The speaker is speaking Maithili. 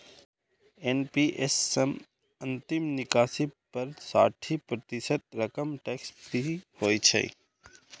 एन.पी.एस सं अंतिम निकासी पर साठि प्रतिशत रकम टैक्स फ्री होइ छै